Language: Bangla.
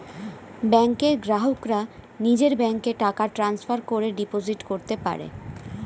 ব্যাংকের গ্রাহকরা নিজের ব্যাংকে টাকা ট্রান্সফার করে ডিপোজিট করতে পারে